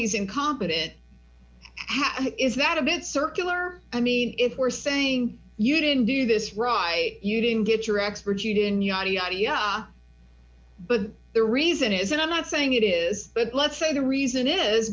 he's incompetent is that a bit circular i mean if we're saying you didn't do this right you didn't get your expert you didn't ya ya ya but the reason is and i'm not saying it is but let's say the reason i